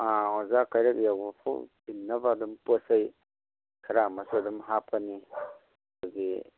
ꯑꯥ ꯑꯣꯖꯥ ꯀꯩꯔꯛ ꯌꯧꯕ ꯐꯥꯎ ꯊꯤꯟꯅꯕ ꯑꯗꯨꯃ ꯄꯣꯠ ꯆꯩ ꯈꯔꯃꯁꯨ ꯑꯗꯨꯝ ꯍꯥꯞꯄꯅꯤ ꯑꯩꯈꯣꯏꯒꯤ